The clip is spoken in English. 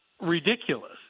ridiculous